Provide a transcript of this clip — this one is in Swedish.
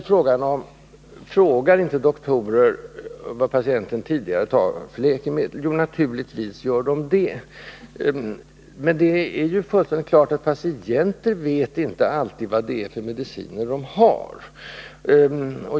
Frågar då inte doktorer vilka läkemedel patienterna fått tidigare? Jo, naturligtvis gör de det. Men det är också klart att patienterna inte alltid vet vilka mediciner de har.